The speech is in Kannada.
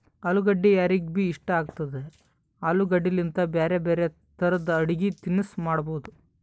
ಅಲುಗಡ್ಡಿ ಯಾರಿಗ್ಬಿ ಇಷ್ಟ ಆಗ್ತದ, ಆಲೂಗಡ್ಡಿಲಿಂತ್ ಬ್ಯಾರೆ ಬ್ಯಾರೆ ತರದ್ ಅಡಗಿ ತಿನಸ್ ಮಾಡಬಹುದ್